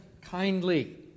kindly